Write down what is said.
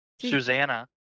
Susanna